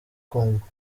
kunguka